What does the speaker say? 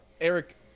Eric